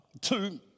two